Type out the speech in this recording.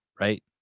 right